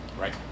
Right